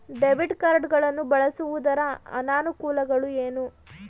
Debit card ಗಳನ್ನು ಬಳಸುವುದರ ಅನಾನುಕೂಲಗಳು ಏನು?